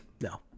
no